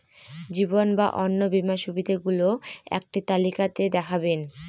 জীবন বা অন্ন বীমার সুবিধে গুলো একটি তালিকা তে দেখাবেন?